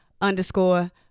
underscore